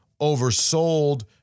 oversold